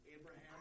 Abraham